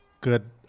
good